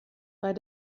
bei